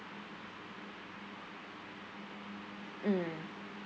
mm